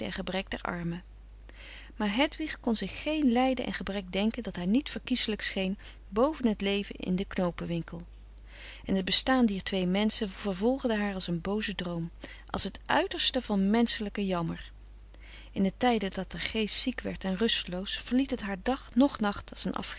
gebrek der armen maar hedwig kon zich geen lijden en gebrek denken dat haar niet verkieselijk scheen boven het leven in den knoopenwinkel en het bestaan dier twee menschen vervolgde haar als een booze droom als het uiterste van menschelijken jammer in de tijden dat haar geest ziek werd en rusteloos verliet het haar dag noch nacht als een